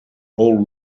all